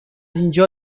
اینجا